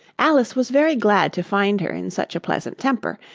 alice was very glad to find her in such a pleasant temper,